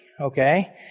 Okay